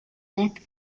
night